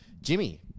Jimmy